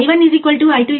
ఇది నిష్పత్తి కారణంగా సరే